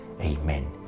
Amen